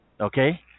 Okay